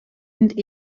und